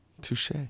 Touche